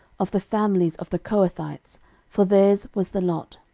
of the families of the kohathites for theirs was the lot.